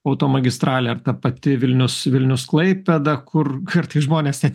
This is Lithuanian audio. automagistralė ar ta pati vilnius vilnius klaipėda kur kartais žmonės net